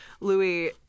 Louis